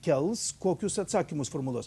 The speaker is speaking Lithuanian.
kels kokius atsakymus formuluos